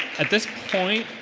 at this point,